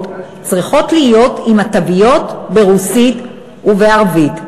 צריכות להיות עם התוויות ברוסית ובערבית.